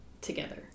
together